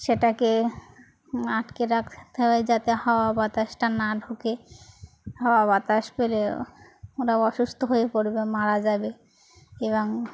সেটাকে আটকে রাখ থাকতে হয় যাতে হাওয়া বাতাসটা না ঢোকে হাওয়া বাতাস পেলে ওরা অসুস্থ হয়ে পড়বে মারা যাবে এবং